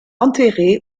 enterrée